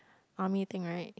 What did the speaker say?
army thing right